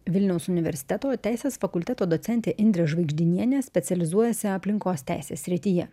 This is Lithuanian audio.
vilniaus universiteto teisės fakulteto docentė indrė žvaigždinienė specializuojasi aplinkos teisės srityje